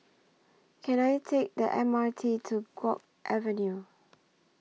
Can I Take The M R T to Guok Avenue